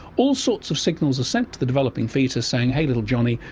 all sorts of signals are sent to the developing foetus saying hey little johnnie,